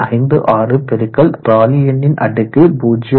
56 பெருக்கல் ராலி எண்ணின் அடுக்கு 0